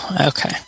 Okay